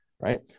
Right